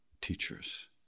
teachers